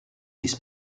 this